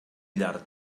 llard